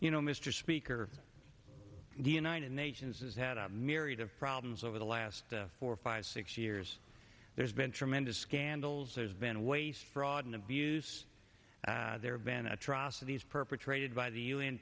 you know mr speaker the united nations has had a myriad of problems over the last four five six years there's been tremendous scandals there's been waste fraud and abuse there have been atrocities perpetrated by the u